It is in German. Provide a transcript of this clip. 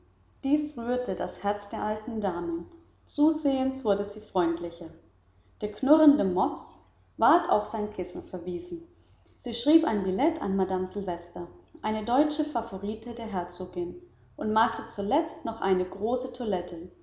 dies rührte das herz der alten dame zusehends wurde sie freundlicher der knurrende mops ward auf sein kissen verwiesen sie schrieb ein billett an madame silvester eine deutsche favorite der herzogin und machte zuletzt noch eine große toilette